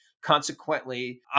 consequently